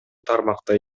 тармакта